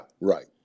Right